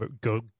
go